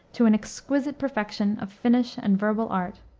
to an exquisite perfection of finish and verbal art.